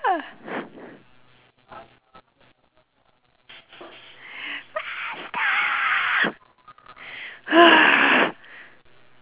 faster